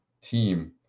team